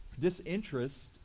disinterest